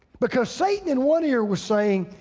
because satan in one ear was saying,